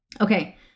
Okay